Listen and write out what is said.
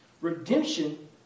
Redemption